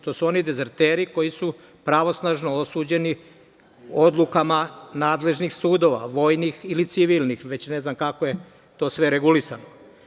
To su oni dezerteri koji su pravnosnažno osuđeni odlukama nadležnih sudova, vojnih ili civilnih, već ne znam kako je to sve regulisano.